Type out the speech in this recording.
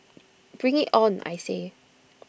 bring IT on I say